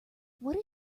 what